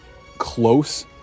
close